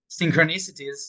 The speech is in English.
synchronicities